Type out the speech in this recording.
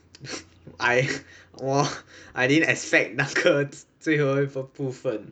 I !wah! I didn't expect 那个最后一个部分